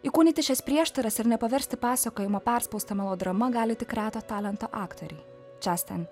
įkūnyti šias prieštaras ir nepaversti pasakojimo perspausta melodrama gali tik reto talento aktorė česten